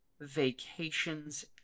Vacations